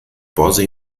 posam